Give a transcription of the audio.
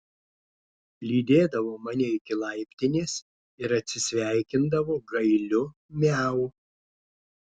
lydėdavo mane iki laiptinės ir atsisveikindavo gailiu miau